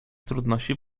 trudności